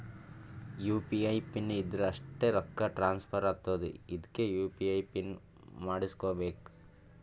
you P I pin ಇದ್ದುರ್ ಅಷ್ಟೇ ರೊಕ್ಕಾ ಟ್ರಾನ್ಸ್ಫರ್ ಆತ್ತುದ್ ಅದ್ಕೇ ಯು.ಪಿ.ಐ ಪಿನ್ ಮಾಡುಸ್ಕೊಬೇಕ್